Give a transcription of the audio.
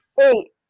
Eight